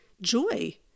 joy